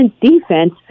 defense